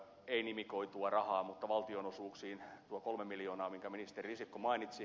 ei nimikoitua rahaa mutta valtionosuuksiin tuo kolme miljoonaa minkä ministeri risikko mainitsi